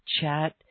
chat